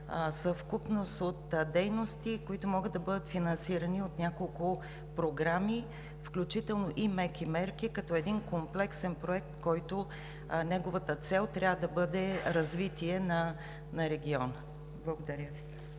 съвкупност от дейности, които могат да бъдат финансирани от няколко програми, включително и меки мерки като комплексен проект, чиято цел трябва да бъде развитие на региона. Благодаря.